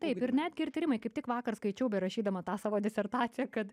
taip netgi ir tyrimai kaip tik vakar skaičiau berašydama tą savo disertaciją kad